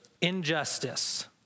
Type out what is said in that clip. Injustice